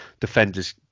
defenders